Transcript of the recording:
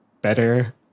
better